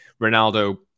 Ronaldo